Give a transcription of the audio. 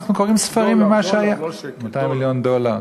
200 מיליון דולר,